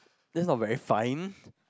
this not very fine